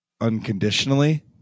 unconditionally